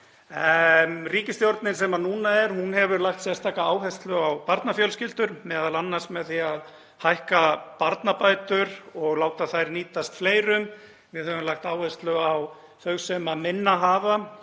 Ríkisstjórnin sem núna er hefur lagt sérstaka áherslu á barnafjölskyldur, m.a. með því að hækka barnabætur og láta þær nýtast fleirum. Við höfum lagt áherslu á þau sem minna hafa,